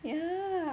ya